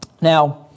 Now